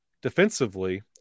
defensively